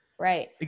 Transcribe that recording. Right